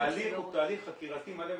התהליך הוא תהליך חקירתי מלא.